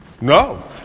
No